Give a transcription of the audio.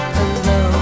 hello